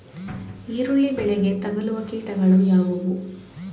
ಈರುಳ್ಳಿ ಬೆಳೆಗೆ ತಗಲುವ ಕೀಟಗಳು ಯಾವುವು?